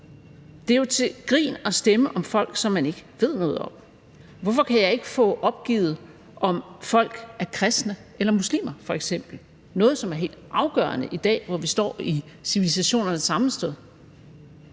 Det er jo til grin at stemme om folk, som man ikke ved noget om. Hvorfor kan jeg f.eks. ikke få oplyst, om folk er kristne eller muslimer – noget, som er helt afgørende i dag, hvor vi står i civilisationernes sammenstød?